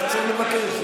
רק צריך לבקש,